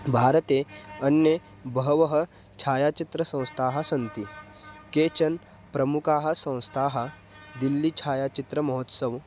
भारते अन्ये बहवः छायाचित्रसंस्थाः सन्ति केचन प्रमुखाः संस्थाः दिल्लि छायाचित्रमहोत्सवः